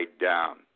down